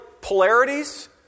polarities